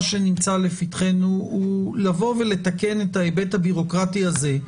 מה שנמצא לפתחנו הוא לבוא ולתקן את ההיבט הבירוקרטי הזה.